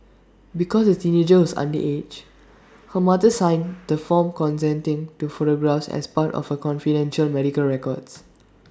because the teenager was underage her mother signed the form consenting to photographs as part of her confidential medical records